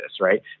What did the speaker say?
right